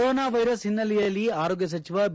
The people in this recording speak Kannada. ಕೊರೋನಾ ವೈರಸ್ ಹಿನ್ನೆಲೆಯಲ್ಲಿ ಆರೋಗ್ಯ ಸಚಿವ ಬಿ